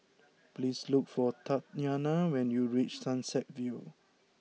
please look for Tatyanna when you reach Sunset View